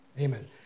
Amen